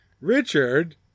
Richard